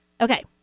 Okay